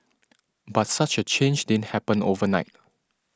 but such a change didn't happen overnight